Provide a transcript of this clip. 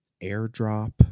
airdrop